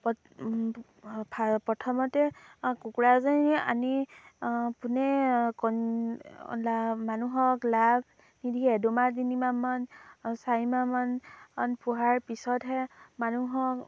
প্ৰথমতে কুকুৰাজনী আনি পোনেই মানুহক লাভ নিদিয়ে দুমাহ তিনিমাহমান চাৰিমান পোহাৰ পিছতহে মানুহক